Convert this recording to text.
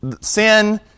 sin